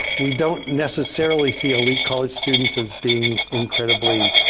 we don't necessarily see elite college students as being incredibly